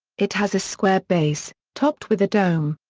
it has a square base, topped with a dome.